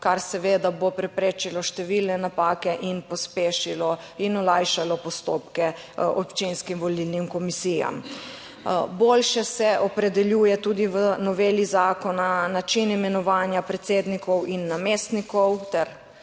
kar seveda bo preprečilo številne napake in pospešilo in olajšalo postopke občinskim volilnim komisijam. Bolje se opredeljuje tudi v noveli zakona način imenovanja predsednikov in namestnikov ter